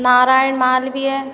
Narayan Malviya